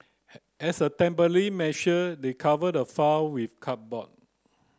as a temporary measure they covered the file with cardboard